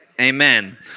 Amen